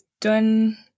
done